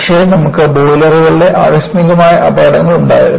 പക്ഷേ നമുക്ക് ബോയിലറുകളുടെ ആകസ്മികമായ അപകടങ്ങൾ ഉണ്ടായിരുന്നു